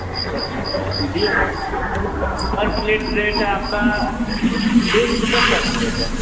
पानीर per plate जी per per plate rate है आप का दो सौ रुपये पर प्लेट है